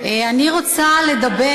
אני רוצה לדבר